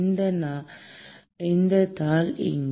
இந்த தாள் இங்கே